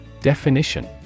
Definition